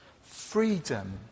freedom